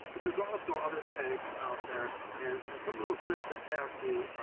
but there's also other tags out there. and and some of those fish that have the